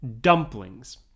dumplings